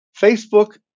Facebook